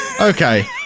Okay